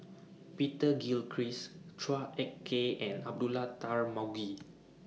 Peter Gilchrist Chua Ek Kay and Abdullah Tarmugi